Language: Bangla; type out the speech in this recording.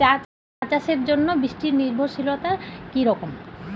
চা চাষের জন্য বৃষ্টি নির্ভরশীলতা কী রকম?